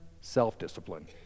self-discipline